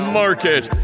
market